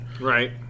Right